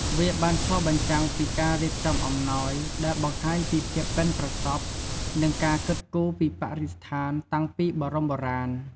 វាបានឆ្លុះបញ្ចាំងពី ការរៀបចំអំណោយ ដែលបង្ហាញពីភាពប៉ិនប្រសប់ និងការគិតគូរពីបរិស្ថានតាំងពីបរមបុរាណ។